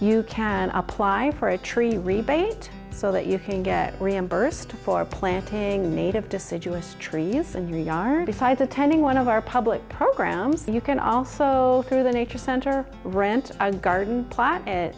you can apply for a tree rebate so that you can get reimbursed for planting native deciduous tree use in your yard besides attending one of our public programs that you can also through the nature center rent a garden plot